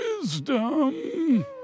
wisdom